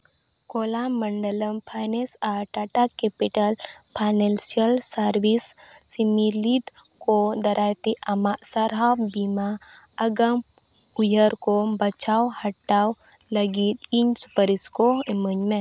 ᱠᱚᱞᱟ ᱢᱚᱱᱰᱚᱞᱚᱢ ᱯᱷᱟᱭᱱᱮᱱᱥ ᱟᱨ Tata capital financial service ᱥᱤᱢᱤᱞᱤᱫ ᱠᱚ ᱫᱟᱨᱟᱭ ᱛᱮ ᱟᱢᱟᱜ ᱥᱟᱨᱦᱟᱣ ᱵᱤᱢᱟ ᱟᱜᱟᱢ ᱩᱭᱦᱟᱹᱨ ᱠᱚ ᱵᱟᱪᱷᱟᱣ ᱦᱟᱛᱟᱣ ᱞᱟᱹᱜᱤᱫ ᱤᱧ ᱥᱩᱯᱟᱨᱤᱥ ᱠᱚ ᱤᱢᱟᱹᱧ ᱢᱮ